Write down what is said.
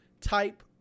type